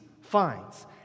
finds